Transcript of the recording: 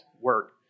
work